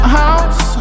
house